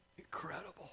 Incredible